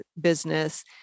business